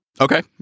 Okay